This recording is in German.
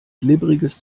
glibberiges